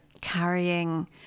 carrying